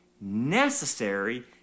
necessary